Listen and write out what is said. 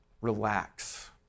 relax